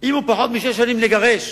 אם הוא פחות משש שנים לגרש,